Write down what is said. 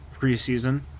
preseason